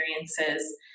experiences